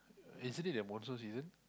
isn't the monsoon Season